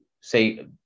say